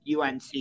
UNC